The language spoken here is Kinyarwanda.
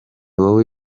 wowe